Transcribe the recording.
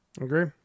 agree